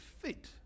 fit